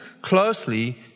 closely